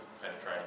penetrating